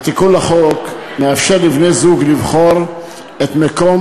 התיקון לחוק מאפשר לבני-זוג לבחור את מקום